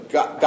God